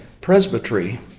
presbytery